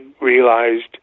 realized